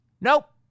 nope